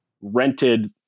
rented